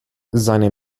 seine